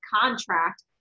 contract